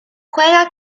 juega